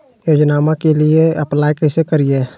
योजनामा के लिए अप्लाई कैसे करिए?